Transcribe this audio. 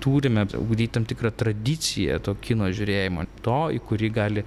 turime ugdyti tam tikrą tradiciją to kino žiūrėjimo to į kurį gali